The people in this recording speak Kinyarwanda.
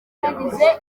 barigeze